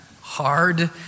hard